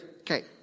Okay